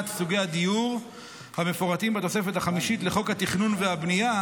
סוגי הדיור המפורטים בתוספת החמישית לחוק התכנון והבנייה,